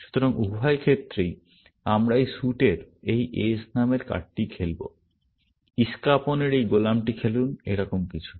সুতরাং উভয় ক্ষেত্রেই আমরা এই স্যুটের এই s নামের কার্ডটি খেলব ইশ্কাপন্এর এই গোলামটি খেলুন এরকম কিছু